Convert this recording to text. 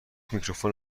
میکروفون